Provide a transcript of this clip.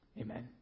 Amen